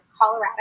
Colorado